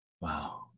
Wow